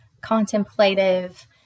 contemplative